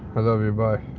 i love you, bye